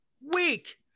weak